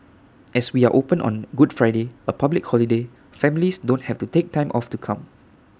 as we are open on good Friday A public holiday families don't have to take time off to come